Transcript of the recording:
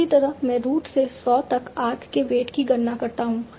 इसी तरह मैं रूट से सॉ तक आर्क के वेट की गणना करता हूं